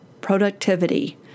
productivity